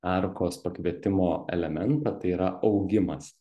arkos pakvietimo elementą yra augimas